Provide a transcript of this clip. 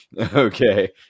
Okay